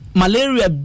malaria